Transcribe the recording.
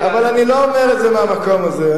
אבל, אני לא אומר את זה מהמקום הזה.